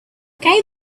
came